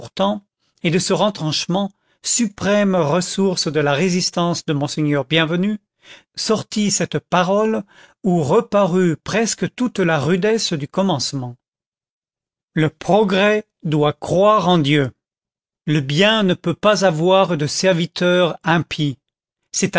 et de ce retranchement suprême ressource de la résistance de monseigneur bienvenu sortit cette parole où reparut presque toute la rudesse du commencement le progrès doit croire en dieu le bien ne peut pas avoir de serviteur impie c'est